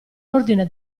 ordine